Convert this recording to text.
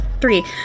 three